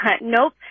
Nope